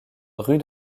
rue